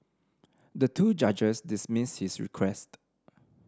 the two judges dismissed his request